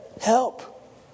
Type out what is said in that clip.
help